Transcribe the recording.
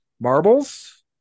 marbles